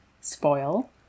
spoil